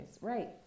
right